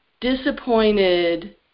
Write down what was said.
disappointed